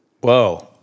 Whoa